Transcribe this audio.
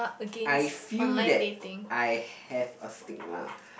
I feel that I have a stigma